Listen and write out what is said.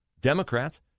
Democrats